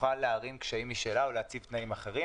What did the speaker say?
תוכל להערים קשיים משלה ולהציב תנאים אחרים.